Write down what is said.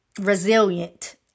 Resilient